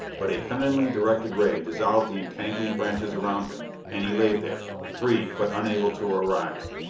but a cunningly directed ray dissolved the entangling branches around him and he lay there, free but unable to arise.